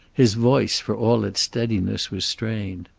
his voice, for all its steadiness, was strained.